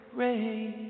rain